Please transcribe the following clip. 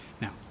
Now